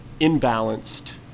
imbalanced